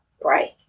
break